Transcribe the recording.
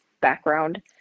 background